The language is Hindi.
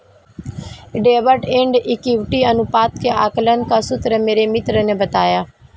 डेब्ट एंड इक्विटी अनुपात के आकलन का सूत्र मेरे मित्र ने बताया